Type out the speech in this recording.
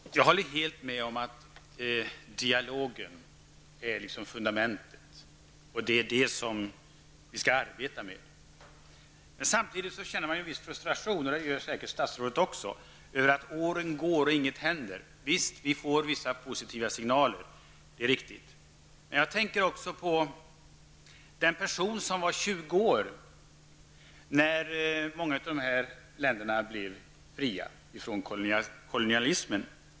Fru talman! Jag håller helt med om att dialogen är fundamentet och att det är på det sättet som vi skall arbeta. Jag känner samtidigt en viss frustration, och det gör säkert statsrådet också. Åren går och ingenting händer. Visst får vi vissa positiva signaler. Det är riktigt. Jag tänker också på de personer som var tjugo år när många av länderna blev fria från kolonialismen.